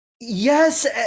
yes